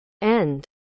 End